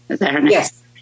Yes